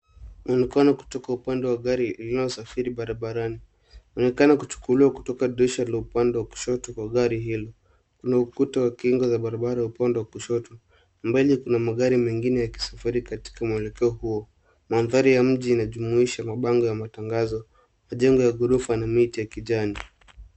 Ni mkono kutoka upande wa gari inayosafiri barabarani. Inaonekana kuchukuliwa kutoka dirisha la upande wa kushoto wa gari hilo. Kuna ukuta wa kinga za barabara upande wa kushoto na mbali kuna magari mengine yakisafari katika mwelekeo huo. Mandhari ya mji inajumuisha mabango ya matangazo, majengo ya ghorofa na miti ya kijani.